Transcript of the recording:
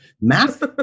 Math